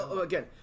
again